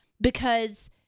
because-